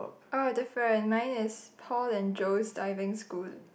oh different mine is Paul and Joe's Diving School